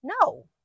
No